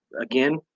again